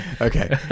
Okay